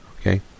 Okay